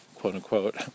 quote-unquote